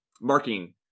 marking